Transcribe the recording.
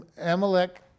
Amalek